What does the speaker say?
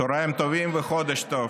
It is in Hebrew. צוהריים טובים וחודש טוב.